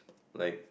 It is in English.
like